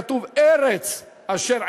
כתוב: "ארץ אשר,